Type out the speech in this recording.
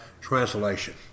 Translation